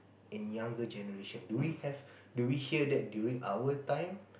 in younger generation do we have do we hear that during our time